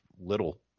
little